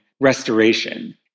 restoration